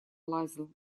лазил